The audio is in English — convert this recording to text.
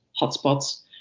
hotspots